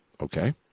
okay